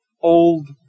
old